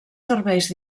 serveis